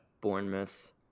Bournemouth